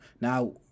Now